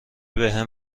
بهم